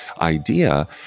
idea